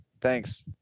Thanks